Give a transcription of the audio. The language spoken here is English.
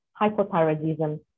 hypothyroidism